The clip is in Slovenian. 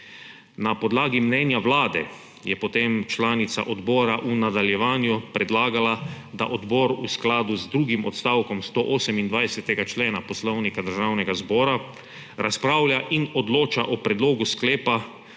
Na podlagi mnenja Vlade je potem članica odbora v nadaljevanju predlagala, da odbor v skladu z drugim odstavkom 128. člena Poslovnika Državnega zbora razpravlja in odloča o predlogu sklepa,